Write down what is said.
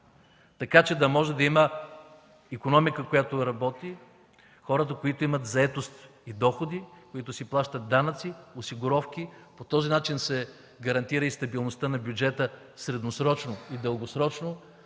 така че да може да има икономика, която работи, хора, които имат заетост и доходи, които си плащат данъци, осигуровки – по този начин се гарантира и стабилността на бюджета средносрочно и дългосрочно,